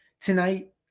tonight